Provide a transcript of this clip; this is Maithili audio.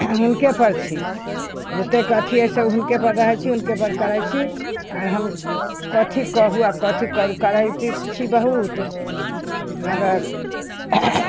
हुनकेपर छी जतेक अथी अइसँ हुनकेपर रहै छी हुनकेपर करै छी आर हम कथी कहु आओर कथी करू करैत तऽ छी बहुत मगर